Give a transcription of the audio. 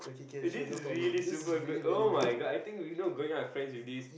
eh this is really super good [oh]-my-god I think you know going out with friends with this